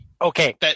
Okay